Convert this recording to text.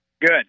Good